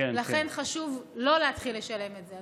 לכן חשוב לא להתחיל לשלם את זה.